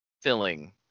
filling